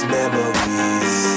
memories